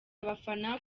abafana